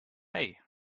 hei